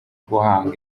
guhanga